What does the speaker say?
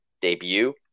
debut